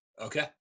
Okay